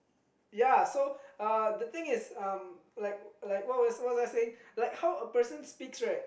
ya so uh the thing is um like like what was what was I saying like how a person speaks right